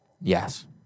yes